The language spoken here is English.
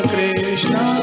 Krishna